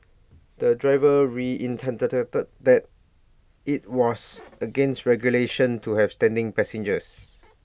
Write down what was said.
the driver reiterated that IT was against regulations to have standing passengers